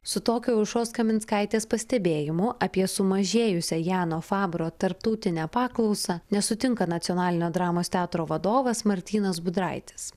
su tokiu aušros kaminskaitės pastebėjimu apie sumažėjusią jano fabro tarptautinę paklausą nesutinka nacionalinio dramos teatro vadovas martynas budraitis